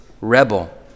rebel